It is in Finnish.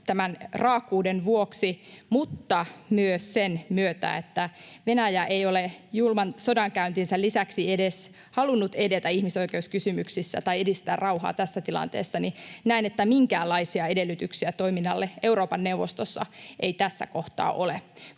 tämän raakuuden, vuoksi mutta myös sen myötä, että Venäjä ei ole julman sodankäyntinsä lisäksi edes halunnut edetä ihmisoikeuskysymyksissä tai edistää rauhaa tässä tilanteessa, minkäänlaisia edellytyksiä toiminnalle Euroopan neuvostossa ei tässä kohtaa ole.